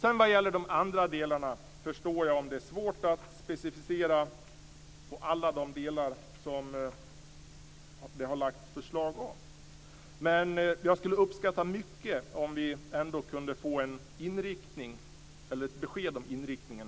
Jag förstår att det är svårt att specificera alla de andra delarna som det har lagts fram förslag om, men jag skulle uppskatta mycket om vi här i kammaren kunde få ett besked om inriktningen.